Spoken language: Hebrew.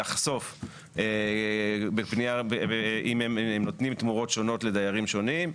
לחשוף אם הם נותנים תמורות שונות לדיירים שונים,